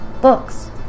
Books